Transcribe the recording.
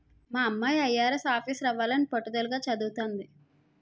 మా అమ్మాయి ఐ.ఆర్.ఎస్ ఆఫీసరవ్వాలని పట్టుదలగా చదవతంది